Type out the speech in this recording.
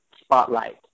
spotlight